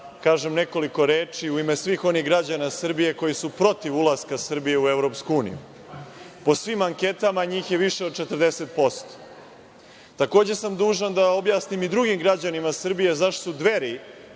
kažem nekoliko reči u ime svih onih građana Srbije koji su protiv ulaska Srbije u EU. Po svim anketama njih je više od 40%.Takođe sam dužan da objasnim i drugim građanima Srbije zašto su Dveri